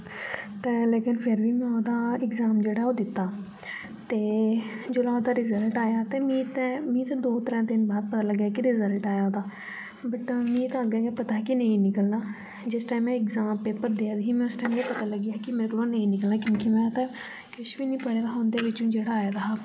ते लेकिन फिर मी औह्दा एग्जाम जेह्ड़ा ओ दित्ता ते जोल्लै ओह्दा रिजल्ट आया ते मी ते दो त्रै दिन बाद पता लगेआ की रिजल्ट आये दा ओह्दा बट मी ते अग्गे गे पता हा कि नेईं निकलना जिस टाइम में एग्जाम पेपर देआ दी ही उस टाइम में इ'यां पता लगेआ हा की मेरे कोले नेईं निकलना क्युंकी में ते किश बी नेही पढ़े दा हा ओह्दे बिच्चो जेह्ड़ा आए दा हा